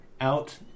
out